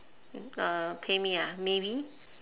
mm uh pay me ah maybe